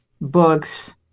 books